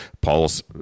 Paul's